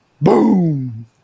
Boom